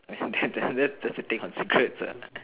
when you've done this that's the thing about cigarettes ah